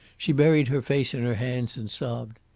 she buried her face in her hands and sobbed.